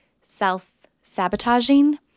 self-sabotaging